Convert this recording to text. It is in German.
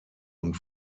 und